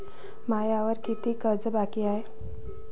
मायावर कितीक कर्ज बाकी हाय?